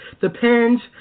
depends